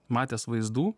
matęs vaizdų